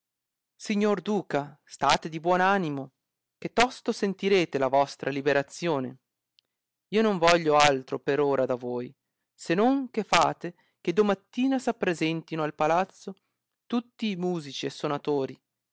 signor duca state di buon animo che tosto sentirete la vostra liberazione io non voglio altro per ora da voi se non che fate che domattina s appresentino al palazzo tutti i musici e sonatori